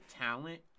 talent